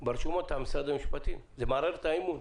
על ידי משרד המשפטים ברשומות.